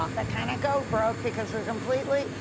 um that kinda go broke because we're completely.